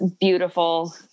beautiful